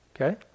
okay